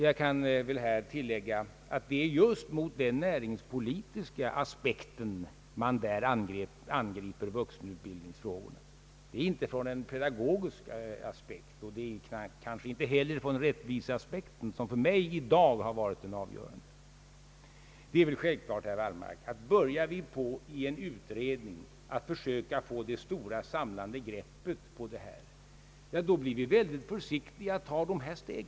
Jag kan här tillägga att det är just mot den näringspolitiska aspekten man där angriper vuxenutbildningsfrågorna, inte från pedagogisk synpunkt eller från rättvisesynpunkt, som för mig i dag varit avgörande. Det är självklart, herr Wallmark, att cm vi börjar att i en utredning försöka få det stora, samlande greppet om det hela, blir vi samtidigt mycket försiktiga att ta dessa första steg.